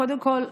קודם כול,